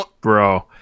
Bro